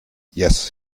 yes